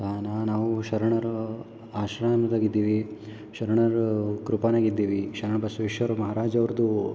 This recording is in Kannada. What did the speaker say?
ತಾನು ನಾವು ಶರಣರು ಆಶ್ರಮ್ದಾಗ ಇದ್ದೀವಿ ಶರಣರು ಕೃಪೆಯಾಗೆ ಇದ್ದೀವಿ ಶರಣು ಬಸವೇಶ್ವರ ಮಹಾರಾಜ್ ಅವ್ರದ್ದು